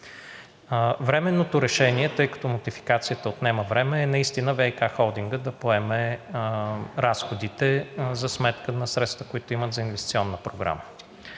Временното решение, тъй като нотификацията отнема време, е наистина ВиК холдингът да поеме разходите за сметка на средствата, които имат за инвестиционна програма.